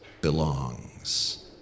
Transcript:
belongs